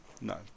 no